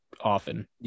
often